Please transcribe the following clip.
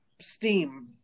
steam